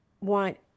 want